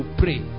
pray